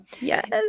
Yes